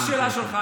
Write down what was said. מה השאלה שלך?